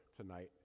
tonight